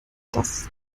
das